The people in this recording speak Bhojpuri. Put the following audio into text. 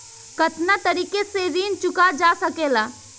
कातना तरीके से ऋण चुका जा सेकला?